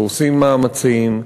ועושים מאמצים,